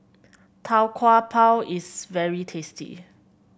Tau Kwa Pau is very tasty